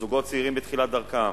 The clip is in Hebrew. זוגות צעירים בתחילת דרכם,